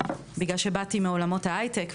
בגלל שבאתי מעולמות ההיי-טק,